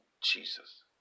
Jesus